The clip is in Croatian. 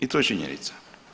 I to je činjenica.